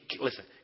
Listen